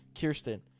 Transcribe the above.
Kirsten